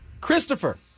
Christopher